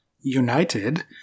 United